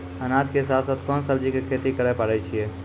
अनाज के साथ साथ कोंन सब्जी के खेती करे पारे छियै?